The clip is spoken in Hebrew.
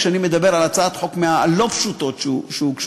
כשאני מדבר על הצעת חוק מהלא-פשוטות שהוגשו,